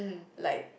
like